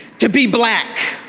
to be black.